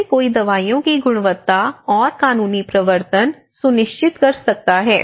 कैसे कोई दवाओं की गुणवत्ता और कानूनी प्रवर्तन सुनिश्चित कर सकता है